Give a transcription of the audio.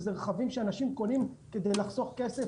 זה רכבים שאנשים קונים כדי לחסוך כסף,